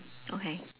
okay